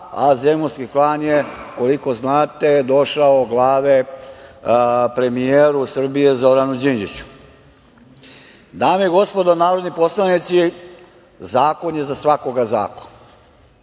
a zemunski klan, je koliko znate, došao glave premijeru Srbije Zoranu Đinđiću. Dame i gospodo narodni poslanici, zakon je za svakog zakon.